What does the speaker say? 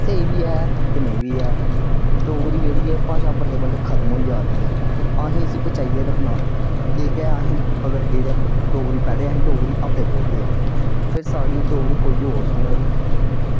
स्हेई वी ऐ ते नेईं वी ऐ डोगरी जेह्ड़ी ऐ भाशा बल्लें बल्लें खत्म होई जा दी ऐ असें इस्सी बचाइयै रक्खना एह् गै असें अगर एह्दे डोगरी पैह्ले असें डोगरी आपे बोलगे फिर साढ़ी डोगरी कोई होर सुनग